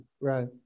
Right